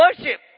worship